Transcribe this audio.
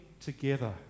together